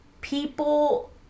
people